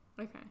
Okay